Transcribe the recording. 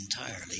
entirely